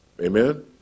Amen